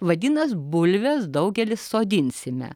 vadinas bulves daugelis sodinsime